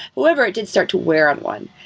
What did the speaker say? however, it did start to wear on one.